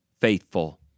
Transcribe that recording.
faithful